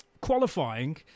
Qualifying